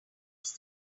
use